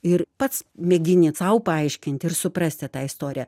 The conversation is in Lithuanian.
ir pats mėgini sau paaiškinti ir suprasti tą istoriją